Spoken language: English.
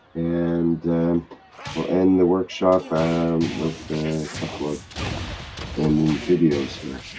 and we'll end the workshop with couple of ending videos here.